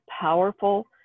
powerful